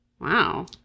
Wow